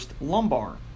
lumbar